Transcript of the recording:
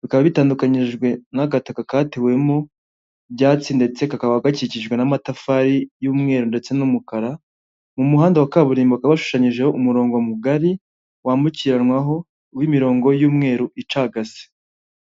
bikaba bitandukanyijwe n'agataka katewemo ibyatsi ndetse kakaba gakikijwe n'amatafari y'umweru ndetse n'umukara, ni umuhanda wa kaburimboga washushanyijeho umurongo mugari wambukiranwaho w'imirongo y'umweru icagase.